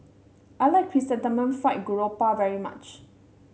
I like Chrysanthemum Fried Garoupa very much